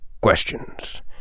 questions